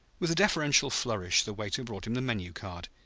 with a deferential flourish the waiter brought him the menu-card.